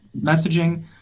messaging